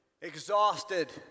exhausted